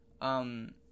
um-